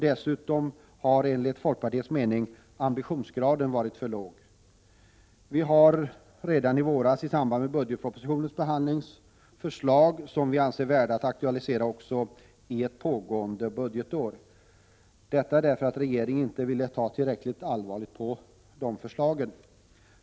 Dessutom har enligt folkpartiets mening ambitionsgraden varit för låg. Vi hade redan i våras i samband med budgetpropositionens behandling förslag som vi anser värda att aktualisera också under ett pågående budgetår — detta därför att regeringen inte ville ta tillräckligt allvarligt på de förslagen.